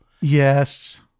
Yes